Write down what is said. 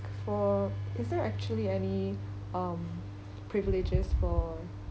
for is there actually any um privileges for